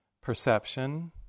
perception